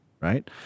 right